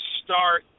start